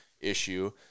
issue